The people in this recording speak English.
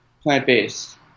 plant-based